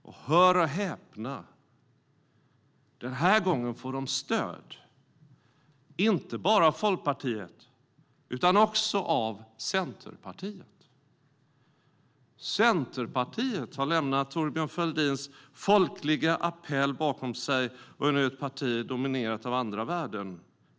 Och hör och häpna, den här gången får de stöd - inte bara av Folkpartiet utan också av Centerpartiet! Centerpartiet har lämnat Thorbjörn Fälldins folkliga appell bakom sig och är nu ett parti dominerat av andra värden.